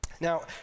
Now